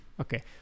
Okay